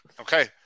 Okay